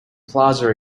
plaza